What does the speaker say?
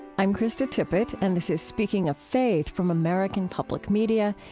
i'm krista tippett and this is speaking of faith from american public media.